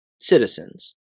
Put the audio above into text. citizens